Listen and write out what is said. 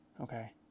Okay